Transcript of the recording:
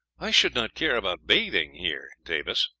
i should not care about bathing here, davis,